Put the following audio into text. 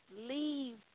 leave